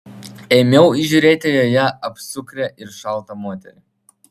ėmiau įžiūrėti joje apsukrią ir šaltą moterį